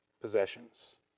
possessions